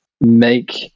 make